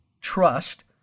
trust